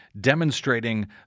demonstrating